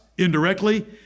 indirectly